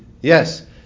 Yes